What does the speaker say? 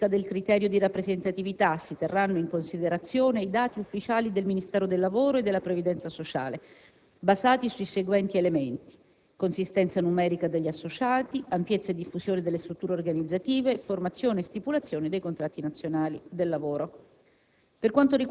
«per la verifica del criterio di rappresentatività si terranno in considerazione i dati ufficiali del Ministero del lavoro e della previdenza sociale, basati sui seguenti elementi: consistenza numerica degli associati, ampiezza e diffusione delle strutture organizzative, formazione e stipulazione dei contratti nazionali del lavoro».